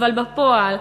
אבל בפועל,